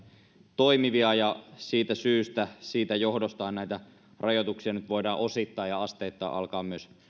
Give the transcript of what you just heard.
toimivia ja siitä syystä sen johdostahan näitä rajoituksia nyt voidaan osittain ja asteittan alkaa myös